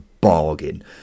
bargain